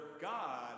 God